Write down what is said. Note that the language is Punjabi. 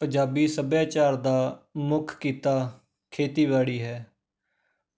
ਪੰਜਾਬੀ ਸੱਭਿਆਚਾਰ ਦਾ ਮੁੱਖ ਕਿੱਤਾ ਖੇਤੀਬਾੜੀ ਹੈ